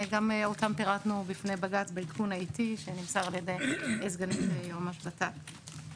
גם אותם פירטנו בפני בג"ץ בעדכון העתי שנמסר על ידי סגנית יועמ"ש בט"פ.